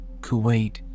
Kuwait